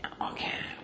okay